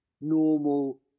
normal